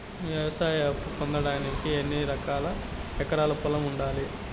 వ్యవసాయ అప్పు పొందడానికి ఎన్ని ఎకరాల పొలం ఉండాలి?